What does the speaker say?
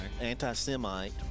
Anti-Semite